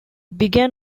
began